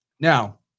Now